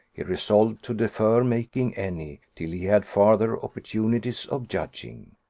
he resolved to defer making any, till he had farther opportunities of judging.